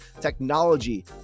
technology